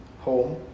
home